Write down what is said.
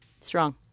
strong